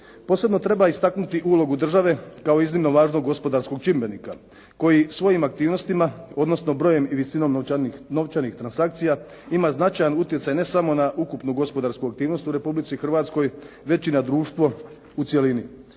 Posebno treba istaknuti ulogu države kao iznimno važnog gospodarskog čimbenika koji svojim aktivnostima, odnosno brojem i visinom novčanih transakcija ima značajan utjecaj ne samo na ukupnu gospodarsku aktivnost u Republici Hrvatskoj već i na društvo u cjelini.